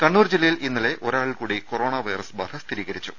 കണ്ണൂർ ജില്ലയിൽ ഇന്നലെ ഒരാളിൽ കൂടി കൊറോണ വൈറസ് ബാധ സ്ഥിരീകരിച്ചു